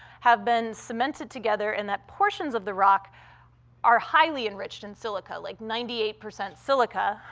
have been cemented together and that portions of the rock are highly enriched in silica like, ninety eight percent silica,